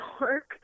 work